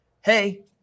Hey